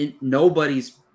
nobody's